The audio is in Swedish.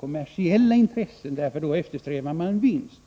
kommersiella intressen eftersom dessa eftersträvar vinst.